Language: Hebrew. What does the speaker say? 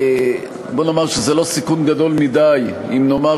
בואו נאמר שזה לא סיכון מיידי אם נאמר